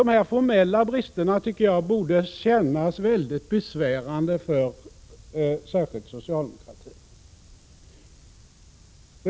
De formella brister i handläggningen som förekommit tycker jag borde kännas mycket besvärande för särskilt socialdemokratin.